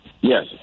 Yes